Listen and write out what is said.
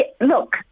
look